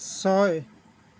ছয়